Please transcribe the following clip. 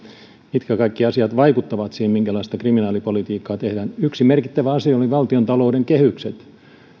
mitkä kaikki asiat vaikuttavat siihen minkälaista kriminaalipolitiikkaa tehdään yksi merkittävä asia oli valtiontalouden kehykset